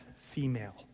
female